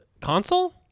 console